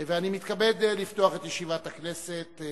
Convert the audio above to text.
ואני מתכבד לפתוח את ישיבת הכנסת.